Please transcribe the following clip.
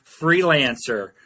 freelancer